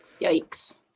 yikes